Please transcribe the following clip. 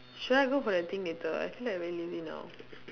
should I go for the thing later I feel like very lazy now